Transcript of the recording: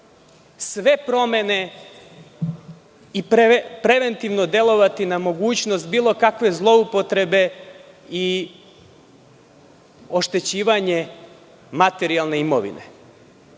sve promene i preventivno delovati na mogućnost bilo kakve zloupotrebe i oštećivanje materijalne imovine.